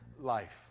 life